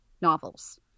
novels